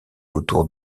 autour